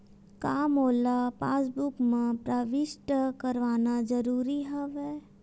का मोला पासबुक म प्रविष्ट करवाना ज़रूरी हवय?